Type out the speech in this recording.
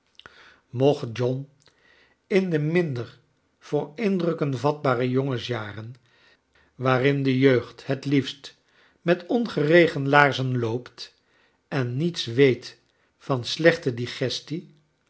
mocht john in de minder voor indrukken vatbaie jongens jaren waarin de jeugd het liefst met ongeregen laarzon loopt en niets weet van slechte digestie